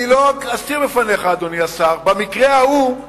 אני לא אסתיר מפניך, אדוני השר, במקרה ההוא,